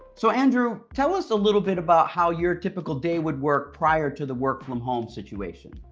so andrew, tell us a little bit about how your typical day would work prior to the work from home situation.